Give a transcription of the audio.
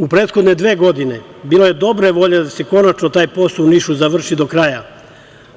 U prethodne dve godine bilo je dobre volje da se konačno taj posao u Nišu završi do kraja,